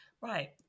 Right